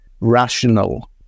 rational